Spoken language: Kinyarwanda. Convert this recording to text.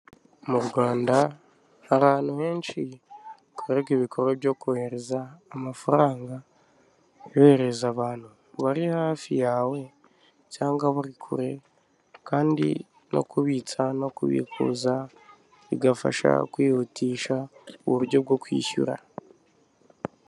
Mu Rwanda hari ahantu henshi hakorerwa ibikorwa byo kohereza amafaranga, uyoherereza abantu bari hafi yawe cyangwa bari kure kandi no kubitsa no kubikuza, bigafasha kwihutisha uburyo bwo kwishyura.